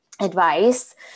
advice